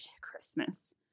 Christmas